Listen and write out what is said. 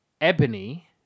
Ebony